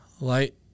light